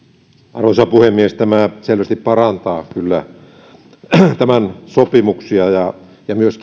arvoisa puhemies tämä selvästi parantaa kyllä sopimuksia ja ja myös